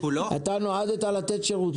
אתה נועדת לתת שירות.